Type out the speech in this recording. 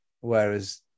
Whereas